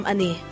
Ani